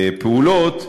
הפעולות,